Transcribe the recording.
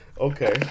Okay